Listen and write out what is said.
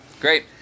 Great